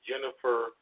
Jennifer